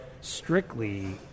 strictly